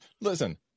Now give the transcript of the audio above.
listen